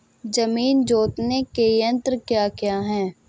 जमीन जोतने के यंत्र क्या क्या हैं?